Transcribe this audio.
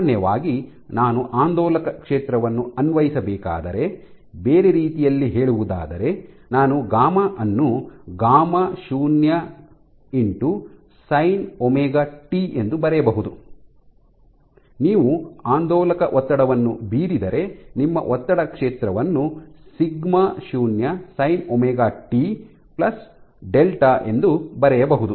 ಸಾಮಾನ್ಯವಾಗಿ ನಾನು ಆಂದೋಲಕ ಕ್ಷೇತ್ರವನ್ನು ಅನ್ವಯಿಸಬೇಕಾದರೆ ಬೇರೆ ರೀತಿಯಲ್ಲಿ ಹೇಳುವುದಾದರೆ ನಾನು ಗಾಮಾ γ ಅನ್ನು gamma sine omega t γ0sin ωt ಎಂದು ಬರೆಯಬಹುದು ನೀವು ಆಂದೋಲಕ ಒತ್ತಡವನ್ನು ಬೀರಿದರೆ ನಿಮ್ಮ ಒತ್ತಡ ಕ್ಷೇತ್ರವನ್ನು sigma sine omega t delta σ0 Sin ωt Δ ಎಂದು ಬರೆಯಬಹುದು